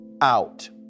out